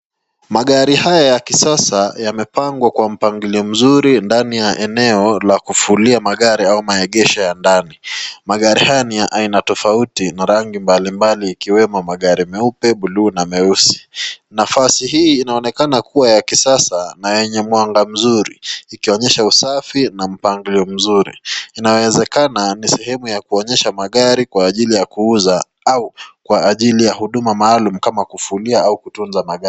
Magari haya ya kisasa yamepangwa kwa mpangilio mzuri ndani ya eneo la kufulia magari au maegesho ya ndani. Magari haya ni ya aina tofauti na rangi mbalimbali, ikiwemo magari meupe, bluu na meusi. Nafasi hii inaonekana kuwa ya kisasa na yenye mwanga mzuri, ikionyesha usafi na mpangilio mzuri. Inawezekana ni sehemu ya kuonyesha magari kwa ajili ya kuuza au kwa ajili ya huduma maalum kama kufulia au kutunza magari.